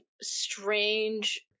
strange